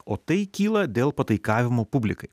o tai kyla dėl pataikavimo publikai